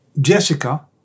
Jessica